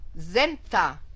Zenta